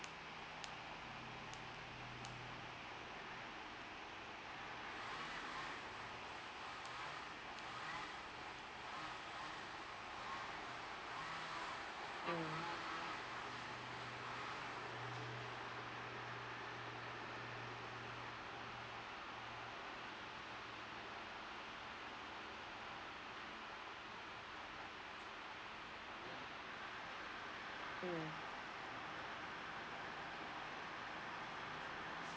mm mm